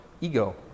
ego